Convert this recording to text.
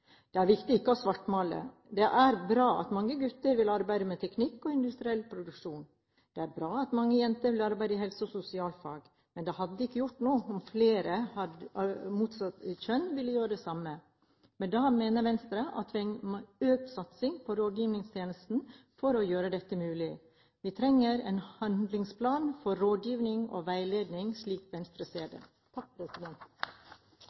Det er viktig ikke å svartmale. Det er bra at mange gutter vil arbeide med teknikk og industriell produksjon. Det er bra at mange jenter vil arbeide innen helse- og sosialfag. Men det hadde ikke gjort noe om flere av det motsatte kjønn ville gjøre det samme. Venstre mener at vi trenger en økt satsing på rådgivningstjenesten for å gjøre dette mulig. Vi trenger en handlingsplan for rådgivning og veiledning, slik Venstre